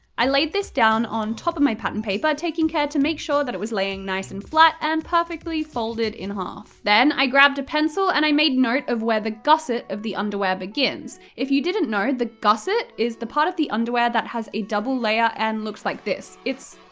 i laid this down on top of my pattern paper, taking care to make sure that it was laying nice and flat and perfectly folded in half. then, i grabbed a pencil, and made a note of where the gusset of the underwear begins. if you didn't know, the gusset is the part of the underwear that has a double-layer and looks like this. it's,